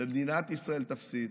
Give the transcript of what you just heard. ומדינת ישראל תפסיד.